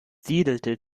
siedelte